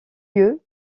lieu